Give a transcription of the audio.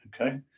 okay